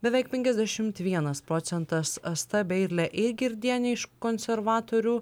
beveik penkiasdešimt vienas procentas asta beilė eigirdienė iš konservatorių